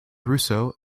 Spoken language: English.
russo